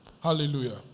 Hallelujah